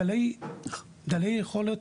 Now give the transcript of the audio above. דלי יכולת,